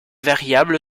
variable